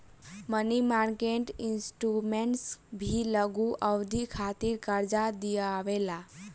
मनी market instruments भी लघु अवधि खातिर कार्जा दिअवावे ला